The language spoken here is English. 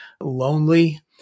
lonely